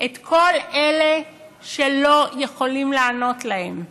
את כל אלה שלא יכולים לענות להם.